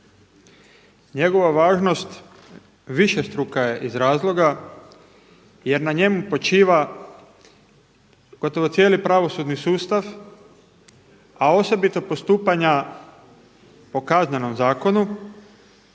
Njegova važnost višestruka je iz razloga jer na njemu počiva gotovo cijeli pravosudni sustav, a osobito postupanja po Kaznenom zakonu